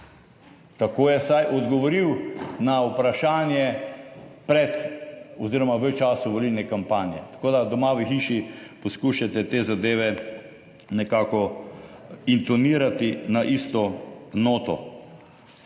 Tako je vsaj odgovoril na vprašanje pred oziroma v času volilne kampanje. Tako, da doma v hiši poskušate te zadeve nekako intonirati na isto noto.